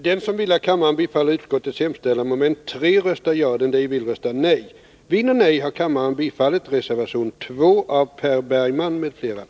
Herr talman! Med anledning av vad Ola Ullsten i sitt senaste inlägg yttrade vill jag säga att Bai Bang enligt min mening var och är en skandal.